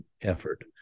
effort